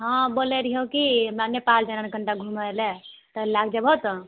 हँ बोलै रहियऽ की हमरा नेपाल जाय लऽ रहै कनिटा घुमै लऽ तऽ लैए के जबहों तोँ